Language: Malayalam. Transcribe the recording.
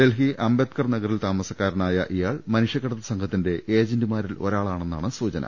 ഡൽഹി അംബേദ്കർ നഗറിൽ താമസക്കാരനായ ഇയാൾ മനുഷ്യക്കടത്തു സംഘത്തിന്റെ ഏജന്റുമാരിൽ ഒരാളാണെന്നാണ് സൂചന